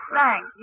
thank